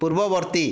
ପୂର୍ବବର୍ତ୍ତୀ